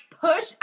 push